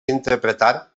interpretar